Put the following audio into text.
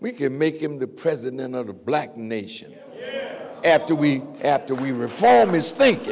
we can make him the president of the black nation after we after we reform his think